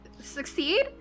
succeed